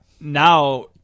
Now